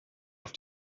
auf